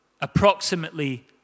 approximately